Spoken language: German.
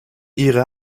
ihre